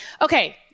Okay